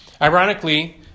Ironically